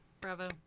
Bravo